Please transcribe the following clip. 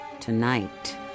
tonight